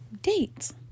dates